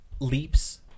Leaps